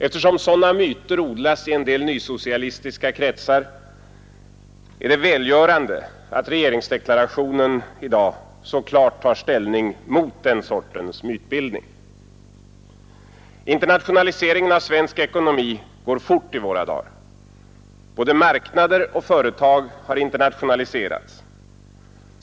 Eftersom sådana myter alltjämt odlas i en del nysocialistiska kretsar, är det välgörande att regeringsdeklarationen i dag så klart tar ställning mot den sortens mytbildning. Internationaliseringen av svensk ekonomi går fort i våra dagar. Både marknader och företag har internationaliserats.